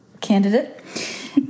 candidate